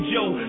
Joe